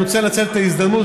ואני רוצה לנצל את ההזדמנות,